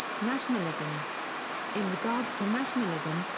nationalism in regards to nationalism,